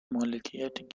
مالکیت